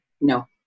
no